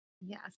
Yes